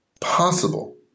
possible